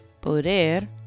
poder